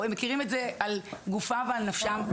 הם מכירים את זה על גופן ועל נפשם,